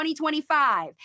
2025